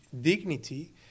dignity